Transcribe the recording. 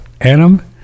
Adam